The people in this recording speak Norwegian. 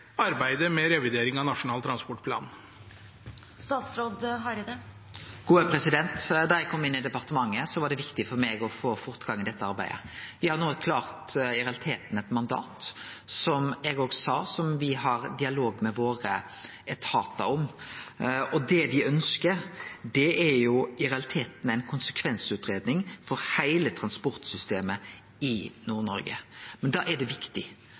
arbeidet med revidering av Nasjonal transportplan? Da eg kom inn i departementet, var det viktig for meg å få fortgang i dette arbeidet. Me har no i realiteten eit mandat, som eg òg sa, som me har dialog med etatane våre om. Det me ønskjer, er i realiteten ei konsekvensutgreiing for heile transportsystemet i Nord-Noreg, men da er det viktig